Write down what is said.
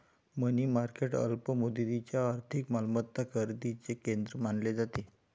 मनी market अल्प मुदतीच्या आर्थिक मालमत्ता खरेदीचे केंद्र मानले जाते